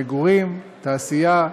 מגורים, תעשייה,